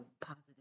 positive